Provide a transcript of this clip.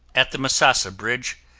at the misasa bridge,